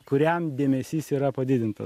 kuriam dėmesys yra padidinta